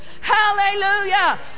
Hallelujah